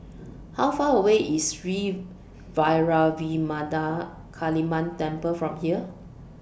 How Far away IS Sri Vairavimada Kaliamman Temple from here